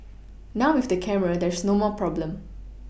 now with the camera there's no more problem